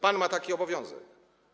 Pan ma taki obowiązek.